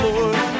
Lord